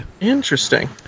Interesting